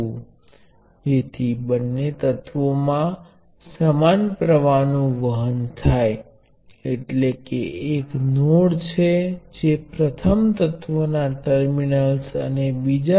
અને આ બંને વચ્ચેનો કુલ વોલ્ટેજ જો હું અમારી અગાઉની ચર્ચામાંથી તે Vx ને કોલ કરું તો આપણે જાણીએ છીએ કે તે છે વ્યક્તિગત વોલ્ટેજ નો સરવાળો છે